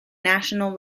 national